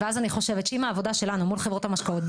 ואז אני חושבת שעם העבודה שלנו מול חברות המשקאות,